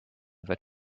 that